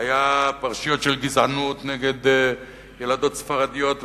והיו פרשיות של גזענות נגד ילדות ספרדיות בעמנואל,